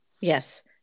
Yes